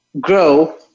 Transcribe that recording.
grow